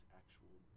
actual